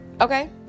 Okay